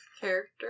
character